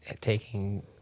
taking